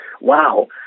wow